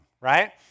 right